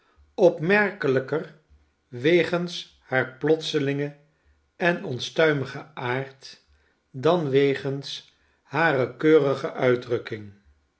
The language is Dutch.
opmerkelijker wegens haar plotselingen en onstuimigen aard dan wegens hare keurige uitdrukking